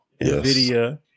Nvidia